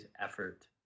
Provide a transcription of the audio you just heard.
effort